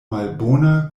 malbona